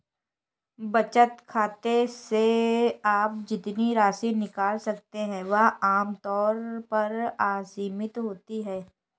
बचत खाते से आप जितनी राशि निकाल सकते हैं वह आम तौर पर असीमित होती है